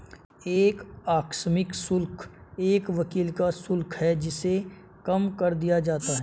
एक आकस्मिक शुल्क एक वकील का शुल्क है जिसे कम कर दिया जाता है